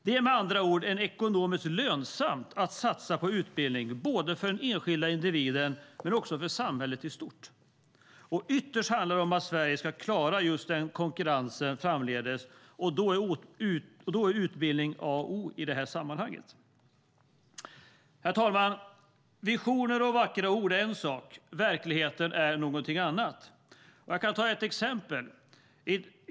Det är med andra ord ekonomiskt lönsamt att satsa på utbildning både för den enskilde individen och för samhället i stort. Ytterst handlar det om att Sverige ska klara konkurrensen framdeles, och i det sammanhanget är utbildning A och O. Herr talman! Visioner och vackra ord är en sak. Verkligheten är någonting annat. Jag kan ta ett exempel.